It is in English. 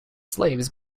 slaves